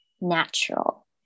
natural